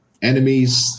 Enemies